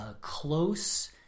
close